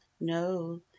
no